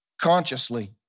consciously